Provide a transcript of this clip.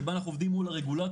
שבה אנחנו עובדים מול הרגולטורים,